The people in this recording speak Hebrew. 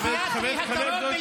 עמדה פה וכהרגלה הטיחה בח"כים הערבים,